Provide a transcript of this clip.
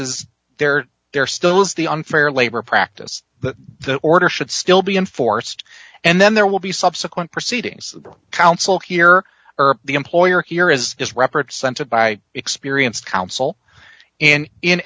is there there still is the unfair labor practice the order should still be enforced and then there will be subsequent proceedings counsel here or the employer here is is represented by experienced counsel in in